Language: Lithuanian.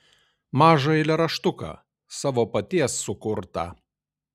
mažą eilėraštuką savo paties sukurtą